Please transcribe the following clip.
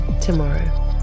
tomorrow